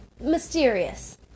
mysterious